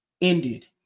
Ended